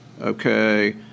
Okay